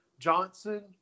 johnson